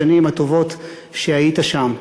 בשנים הטובות שהיית שם,